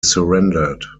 surrendered